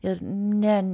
ir ne